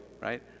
right